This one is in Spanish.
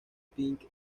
pink